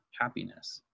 happiness